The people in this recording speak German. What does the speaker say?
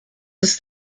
ist